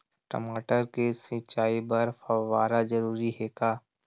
टमाटर के सिंचाई बर फव्वारा जरूरी हे का?